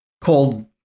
called